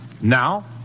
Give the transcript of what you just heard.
Now